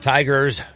Tigers